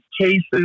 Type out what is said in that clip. cases